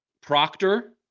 Proctor